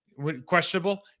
Questionable